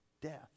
death